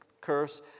curse